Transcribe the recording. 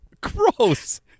Gross